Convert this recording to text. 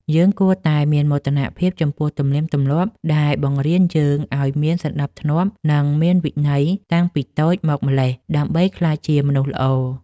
យើងគួរតែមានមោទនភាពចំពោះទំនៀមទម្លាប់ដែលបង្រៀនយើងឱ្យមានសណ្តាប់ធ្នាប់ និង មានវិន័យតាំងពីតូចមកម្ល៉េះដើម្បីក្លាយជាមនុស្សល្អ។